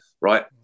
Right